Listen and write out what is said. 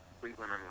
Cleveland